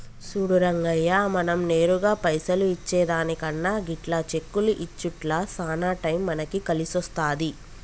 సూడు రంగయ్య మనం నేరుగా పైసలు ఇచ్చే దానికన్నా గిట్ల చెక్కులు ఇచ్చుట్ల సాన టైం మనకి కలిసొస్తాది